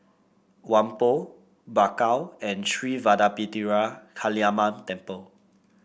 Whampoa Bakau and Sri Vadapathira Kaliamman Temple